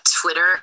twitter